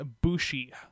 Bushi